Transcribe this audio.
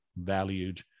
valued